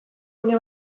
une